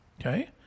Okay